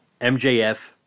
MJF